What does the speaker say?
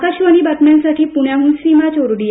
आकाशवाणी बातम्यांसाठी पुण्याहून सीमा चोरडीया